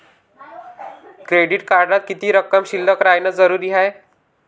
Credit कार्डात किती रक्कम शिल्लक राहानं जरुरी हाय?